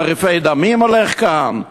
לפי תעריפי דמים זה הולך כאן?